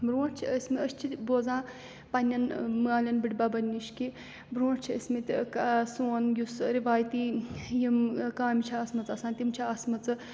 برٛونٛٹھ چھِ ٲسۍمٕتۍ أسۍ چھِ بوزان پنٛنٮ۪ن مالٮ۪ن بٕڈبَبَن نِش کہِ برٛونٛٹھ چھِ ٲسۍمٕتۍ سون یُس رِوایتی یِم کامہِ چھےٚ آسمَژ آسان تِم چھِ آسمَژٕ